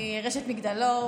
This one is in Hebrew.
מרשת מגדלור,